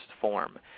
form